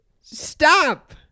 Stop